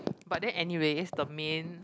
but then anyways the main